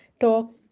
talk